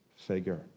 figure